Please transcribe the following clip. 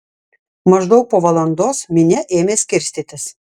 maždaug po valandos minia ėmė skirstytis